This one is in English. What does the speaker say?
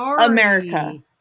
America